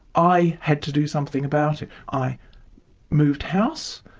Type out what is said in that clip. i had to do something about it. i moved house,